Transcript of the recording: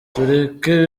tureke